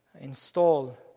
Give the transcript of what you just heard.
install